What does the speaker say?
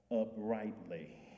uprightly